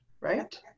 right